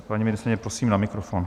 Paní ministryně, prosím na mikrofon.